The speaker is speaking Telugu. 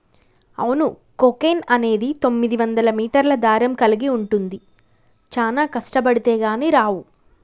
అవును కోకెన్ అనేది తొమ్మిదివందల మీటర్ల దారం కలిగి ఉంటుంది చానా కష్టబడితే కానీ రావు